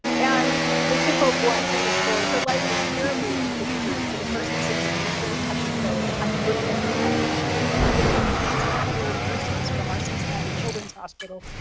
and this hippo born premature, her life was terribly endangered for the first six weeks, very touch and go, they had to bring in ah neonatal intensive care nurses from our cincinnati children's hospital,